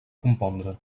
compondre